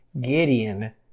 Gideon